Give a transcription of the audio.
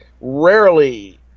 rarely